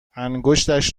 انگشتش